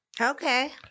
Okay